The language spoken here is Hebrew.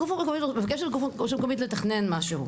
הרשות המקומית, מבקשת רשות מקומית לתכנן משהו.